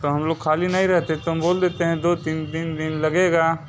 तो हम लोग ख़ाली नही रहते तो हम बोल देते हैं दो दिन तीन दिन लगेगा